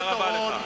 תודה רבה לך.